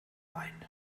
ein